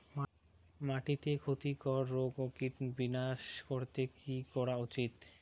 মাটিতে ক্ষতি কর রোগ ও কীট বিনাশ করতে কি করা উচিৎ?